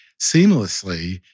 seamlessly